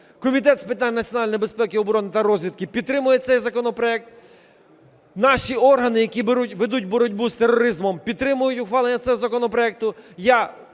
Комітет з питань національної безпеки, оборони та розвідки підтримує цей законопроект. Наші органи, які ведуть боротьбу з тероризмом, підтримують ухвалення цього законопроекту.